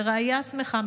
ורעיה שמחה,